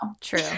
True